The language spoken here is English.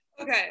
Okay